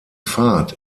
fahrt